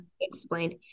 explained